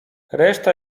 reszta